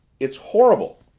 it's horrible!